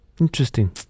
interesting